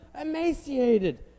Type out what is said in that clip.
emaciated